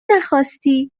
نخواستی